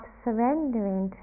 surrendering